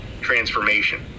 transformation